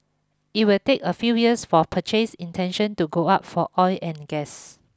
it will take a few years for purchase intention to go up for oil and gas